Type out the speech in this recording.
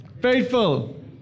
Faithful